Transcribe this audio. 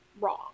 wrong